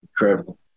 incredible